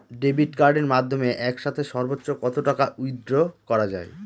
Debit কার্ডের মাধ্যমে একসাথে সর্ব্বোচ্চ কত টাকা উইথড্র করা য়ায়?